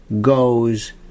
goes